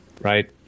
right